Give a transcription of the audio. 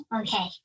Okay